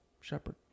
shepherd